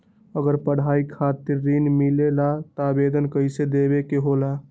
अगर पढ़ाई खातीर ऋण मिले ला त आवेदन कईसे देवे के होला?